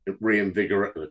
reinvigorate